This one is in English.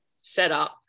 setup